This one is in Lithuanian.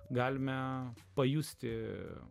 galime pajusti